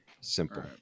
simple